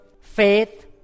faith